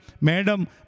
Madam